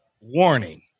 warning